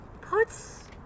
puts